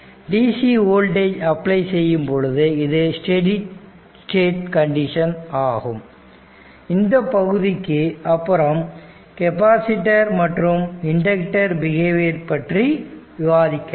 dc voltage apply செய்யும் பொழுது இது ஸ்டெடி ஸ்டேட் கண்டிஷன் ஆகும் இந்த பகுதிக்கு அப்புறம் கெப்பாசிட்டர் மற்றும் இண்டக்டர் பிஹேவியர் பற்றி விவாதிக்கலாம்